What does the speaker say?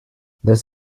this